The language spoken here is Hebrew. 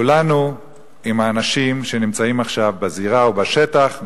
כולנו עם האנשים שנמצאים עכשיו בזירה או בשטח,